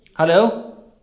Hello